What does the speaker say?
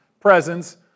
presence